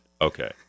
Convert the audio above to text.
Okay